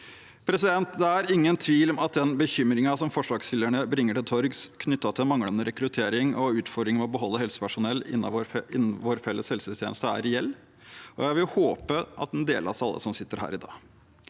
Det er ingen tvil om at den bekymringen som forslagsstillerne bringer til torgs, knyttet til manglende rekruttering og utfordringer med å beholde helsepersonell innen vår felles helsetjeneste, er reell, og jeg vil håpe at den deles av alle som sitter her i dag.